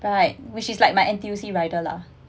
right which is like my N_T_U_C rider lah